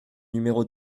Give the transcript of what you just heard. numéro